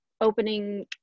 opening